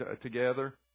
together